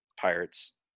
pirates